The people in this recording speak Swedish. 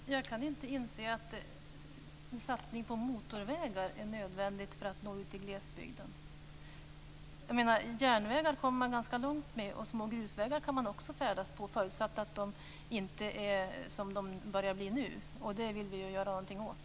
Fru talman! Jag kan inte inse att en satsning på motorvägar är nödvändig för att nå ut i glesbygden. Järnvägar kommer man ganska långt med, och små grusvägar kan man också färdas på, förutsatt att de inte är som de börjar bli nu. Det vill vi göra någonting åt.